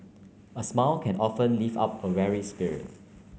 a smile can often lift up a weary spirit